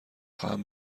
خواهم